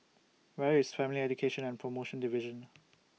Where IS Family Education and promotion Division